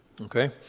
okay